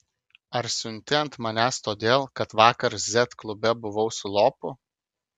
ar siunti ant manęs todėl kad vakar z klube buvau su lopu